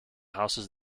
houses